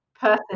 person